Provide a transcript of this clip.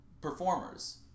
performers